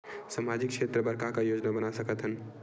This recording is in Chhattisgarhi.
सामाजिक क्षेत्र बर का का योजना बना सकत हन?